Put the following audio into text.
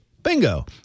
bingo